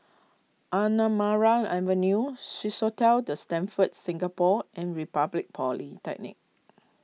Anamarai Avenue Swissotel the Stamford Singapore and Republic Polytechnic